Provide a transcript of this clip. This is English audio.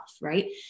right